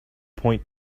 point